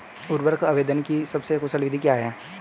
उर्वरक आवेदन की सबसे कुशल विधि क्या है?